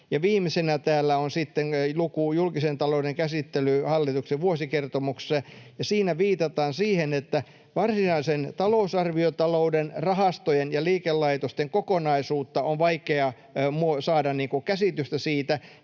Viimeisenä täällä on sitten luku Julkisen talouden käsittely hallituksen vuosikertomuksessa. Siinä viitataan siihen, että varsinaisen talousarviotalouden, rahastojen ja liikelaitosten kokonaisuudesta on vaikea saada käsitystä ja sitä